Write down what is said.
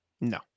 No